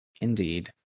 Indeed